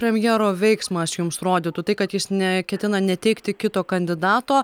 premjero veiksmas jums rodytų tai kad jis neketina neteikti kito kandidato